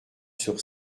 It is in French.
sur